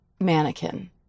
mannequin